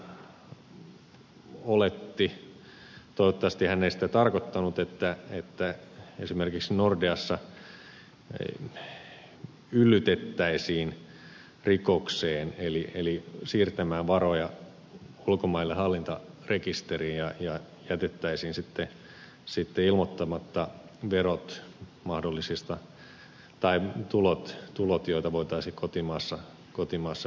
kiljunen oletti toivottavasti hän ei sitä tarkoittanut että esimerkiksi nordeassa yllytettäisiin rikokseen eli siirtämään varoja ulkomaille hallintarekisteriin ja jätettäisiin sitten ilmoittamatta tulot joita voitaisiin kotimaassa verottaa